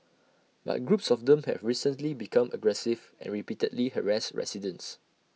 but groups of them have recently become aggressive and repeatedly harassed residents